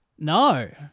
No